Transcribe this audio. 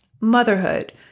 motherhood